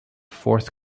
fourth